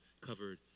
covered